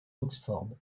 oxford